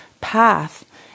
path